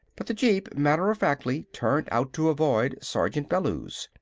but the jeep matter-of-factly turned out to avoid sergeant bellews.